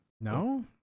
No